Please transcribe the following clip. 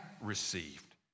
received